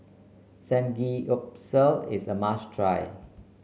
Samgeyopsal is a must try